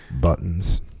buttons